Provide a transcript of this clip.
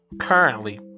currently